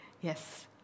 Yes